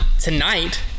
tonight